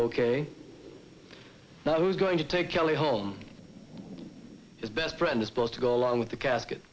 ok now who's going to take kelly home his best friend is supposed to go along with the casket